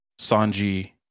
Sanji